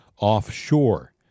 offshore